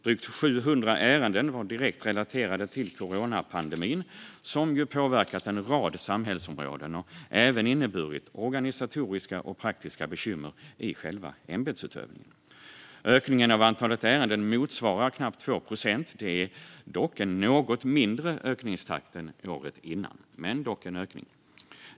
Drygt 700 ärenden var direkt relaterade till coronapandemin, som ju påverkat en rad samhällsområden och även inneburit organisatoriska och praktiska bekymmer i själva ämbetsutövningen. Ökningen av antalet ärenden motsvarar knappt 2 procent. Det är en något mindre ökningstakt än året innan, men dock en ökning.